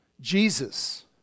Jesus